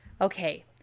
Okay